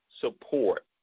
support